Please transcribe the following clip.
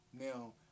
Now